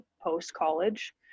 post-college